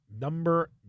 number